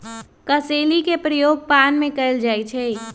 कसेली के प्रयोग पान में कएल जाइ छइ